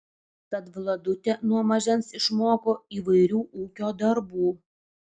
tad vladutė nuo mažens išmoko įvairių ūkio darbų